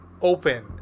open